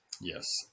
Yes